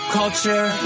culture